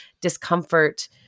discomfort